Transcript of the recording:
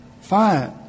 fine